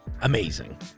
Amazing